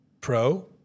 Pro